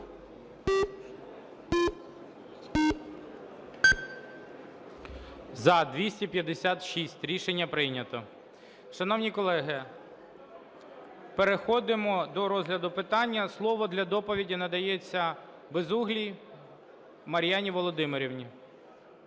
За-256 Рішення прийнято. Шановні колеги, переходимо до розгляду питання. Слово для доповіді надається Безуглій Мар'яні Володимирівні.